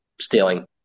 stealing